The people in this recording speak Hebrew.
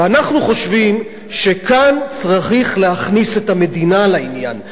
ואנחנו חושבים שכאן צריך להכניס את המדינה לעניין,